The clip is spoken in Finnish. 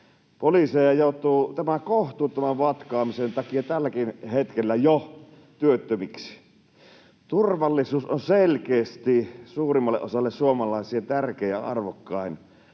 Poliiseja joutuu tämän kohtuuttoman vatkaamisen takia jo tälläkin hetkellä työttömiksi. Turvallisuus on selkeästi suurimmalle osalle suomalaisia tärkein ja arvokkain